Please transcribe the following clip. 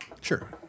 Sure